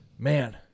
Man